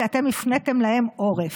כי אתם הפניתם להם עורף.